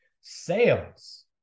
Sales